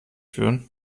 führen